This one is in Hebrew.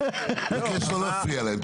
אני מבקש לא להפריע להם.